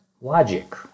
logic